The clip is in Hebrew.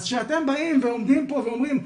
אז כשאתם באים ועומדים פה ואומרים,